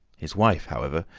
his wife, however,